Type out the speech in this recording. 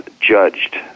judged